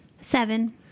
Seven